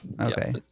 okay